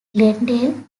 glendale